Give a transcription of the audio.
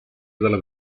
dalla